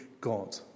God